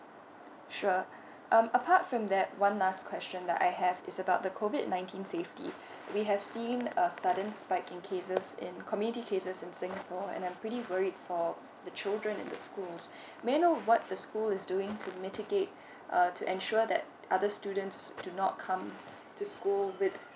sure um apart from that one last question that I have is about the COVID nineteen safety we have see a sudden spike in cases in community cases in singapore and I pretty worried for the children in the schools may I know what the school is doing to mitigate uh to ensure that other students do not come to school with